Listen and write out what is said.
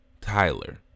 Tyler